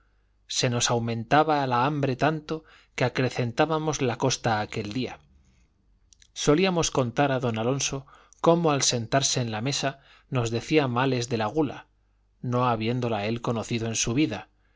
se nos aumentaba la hambre tanto que acrecentábamos la costa aquel día solíamos contar a don alonso cómo al sentarse en la mesa nos decía males de la gula no habiéndola él conocido en su vida y reíase mucho cuando le contábamos que en el